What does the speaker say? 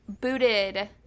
booted